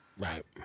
Right